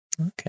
Okay